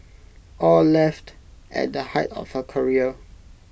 aw left at the height of her career